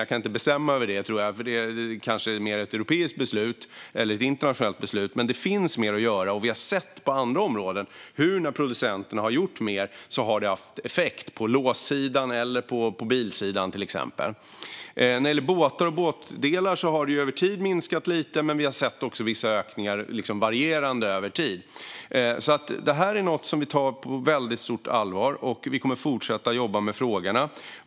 Jag tror inte att jag kan bestämma över det eftersom det kanske är mer ett europeiskt beslut eller ett internationellt beslut. Men det finns mer att göra, och vi har på andra områden sett att det har haft effekt när producenterna har gjort mer. Det gäller till exempel på låssidan och på bilsidan. När det gäller båtar och båtdelar har stölderna minskat lite över tid. Men vi har också sett vissa ökningar som har varierat över tid. Detta är alltså något som vi tar på väldigt stort allvar. Vi kommer att fortsätta att jobba med frågorna.